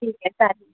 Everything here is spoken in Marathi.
ठीक आहे चालेल